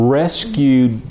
rescued